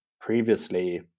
previously